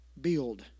Build